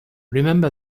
remember